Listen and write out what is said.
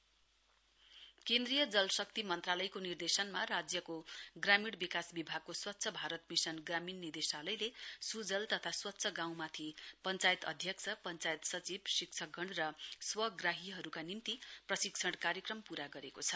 जल शक्ति ट्रेनिङ केन्द्रीय जल शक्ति मन्त्रालयको निर्देशनमा ग्रामीण विकास विभागको स्वच्छ भारत मिशन ग्रामीण निदेशालयले स्जल तथा स्वच्छ गाउँमाथि पञ्चायत अध्यक्ष पञ्चायत सचिव शिक्षकगण र स्वग्राहीहरूका निम्ति प्रशिक्षण कार्यक्रम पूरा गरेको छ